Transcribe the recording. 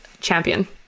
champion